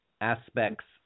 aspects